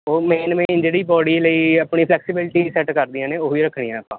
ਹੋਰ main main ਜਿਹੜੀ body ਲਈ ਆਪਣੀ ਫਲੈਕਸੀਬਿਲਿਟੀ ਸੈੱਟ ਕਰਦੀਆਂ ਨੇ ਉਹ ਹੀ ਰੱਖਣੀਆਂ ਆਪਾਂ